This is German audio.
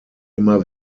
immer